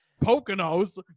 Poconos